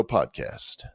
Podcast